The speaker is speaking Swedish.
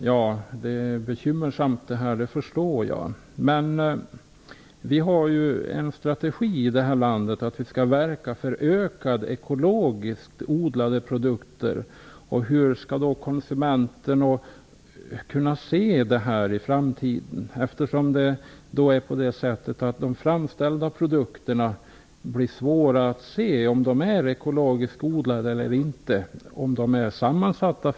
Fru talman! Jag förstår att det här är bekymmersamt. Men vi har ju en strategi i vårt land, nämligen att verka för en ökning av ekologiskt odlade produkter. Hur skall då konsumenterna kunna se vad som gäller i framtiden? Det blir ju svårare att se om de framställda produkterna är ekologiskt odlade, framför allt om de är sammansatta.